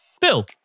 Bill